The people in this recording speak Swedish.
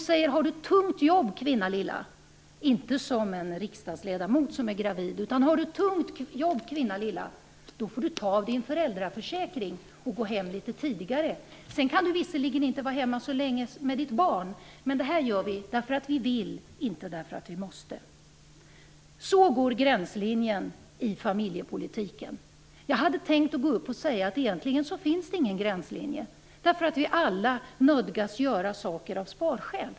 Har du tungt jobb, kvinna lilla - inte som en riksdagsledamot som är gravid - får du ta av din föräldraförsäkring och gå hem litet tidigare. Sedan kan du visserligen inte vara hemma så länge med ditt barn. Men det här gör vi därför att vi vill, inte därför att vi måste. Så går gränslinjen i familjepolitiken. Jag hade tänkt gå upp och säga att det egentligen inte finns någon gränslinje. Vi nödgas ju alla av besparingsskäl att göra saker och ting.